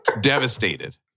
devastated